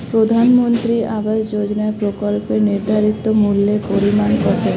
প্রধানমন্ত্রী আবাস যোজনার প্রকল্পের নির্ধারিত মূল্যে পরিমাণ কত?